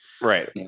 Right